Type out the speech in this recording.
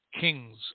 Kings